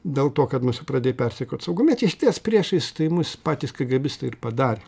dėl to kad mus pradėjo persekiot saugumiečiai išties priešais tai mus patys kėgėbistai ir padarė